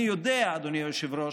אני יודע, אדוני היושב-ראש,